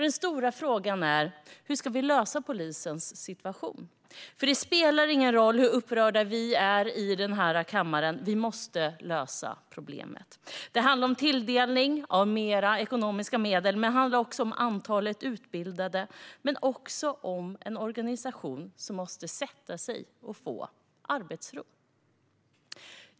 Den stora frågan är hur vi ska lösa polisens situation. Det spelar ingen roll hur upprörda vi är här i kammaren; vi måste lösa problemet. Det handlar om tilldelning av mer ekonomiska medel och om antalet utbildade, men det handlar också om en organisation som måste sätta sig och få arbetsro.